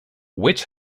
witch